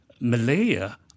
Malaya